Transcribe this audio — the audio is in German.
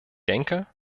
denke